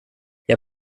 jag